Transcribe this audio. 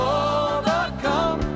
overcome